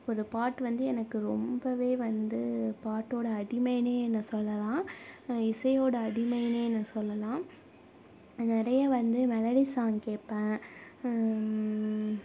ஒரு பாட்டு வந்து எனக்கு ரொம்பவே வந்து பாட்டோடய அடிமைனே என்னை சொல்லலாம் இசையோடய அடிமைனே என்னை சொல்லலாம் நிறைய வந்து மெலடி சாங் கேட்பேன்